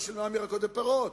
ארבעה שבועות קודם,